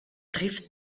trifft